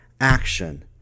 action